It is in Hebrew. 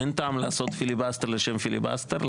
אין טעם לעשות פיליבסטר לשם פיליבסטר.